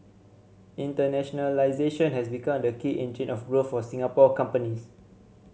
internationalisation has become the key engine of growth for Singapore companies